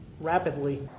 Rapidly